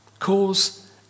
Cause